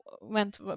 went